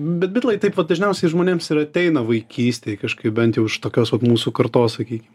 bet bitlai taip vat dažniausiai žmonėms ir ateina vaikystėj kažkaip bent jau iš tokios vat mūsų kartos sakykim